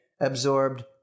absorbed